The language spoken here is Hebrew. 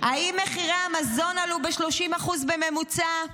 האם מחירי המזון עלו ב-30% בממוצע?